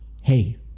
hey